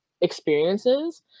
experiences